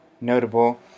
notable